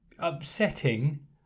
Upsetting